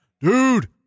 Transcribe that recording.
dude